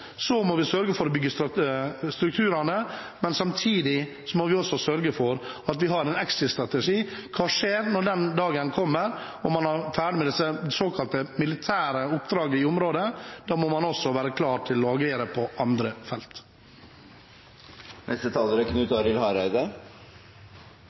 Så må man sørge for å bygge strukturene. Samtidig må vi sørge for å ha en exit-strategi: Hva skjer når den dagen kommer og man er ferdig med det såkalte militære oppdraget i området. Da må man også være klar til å agere på andre